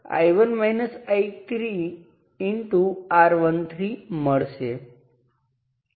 તેથી આ નિવેદન અર્થપૂર્ણ નિવેદન છે જેમ કે નોડ પર વોલ્ટેજ શું છે